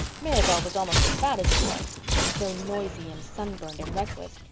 mirabel was almost as bad as a boy she was so noisy and sunburned and reckless.